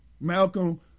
Malcolm